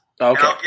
Okay